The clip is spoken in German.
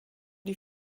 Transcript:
die